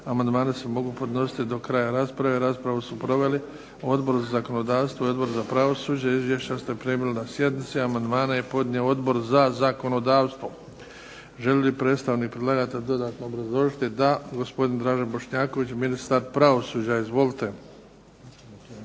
Amandmani se mogu podnositi do kraja rasprave. Raspravu su proveli Odbor za zakonodavstvo i Odbor za pravosuđe. Izvješća ste primili na sjednici. Amandmane je podnio Odbor za zakonodavstvo. Želi li predstavnik predlagatelja dodatno obrazložiti? Da. Gospodin Dražen Bošnjaković, ministar pravosuđa. Izvolite.